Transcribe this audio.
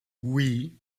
oui